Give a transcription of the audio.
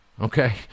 okay